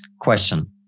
question